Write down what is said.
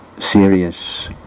serious